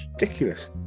Ridiculous